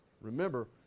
Remember